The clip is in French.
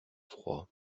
froid